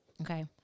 Okay